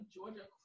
Georgia